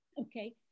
Okay